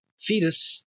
fetus